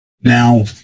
Now